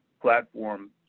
Platform